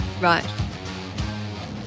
Right